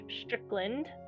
Strickland